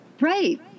right